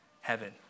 heaven